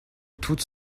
toutes